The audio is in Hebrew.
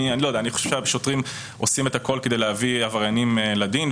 אני חושב שהשוטרים עושים הכול כדי להביא עבריינים לדין,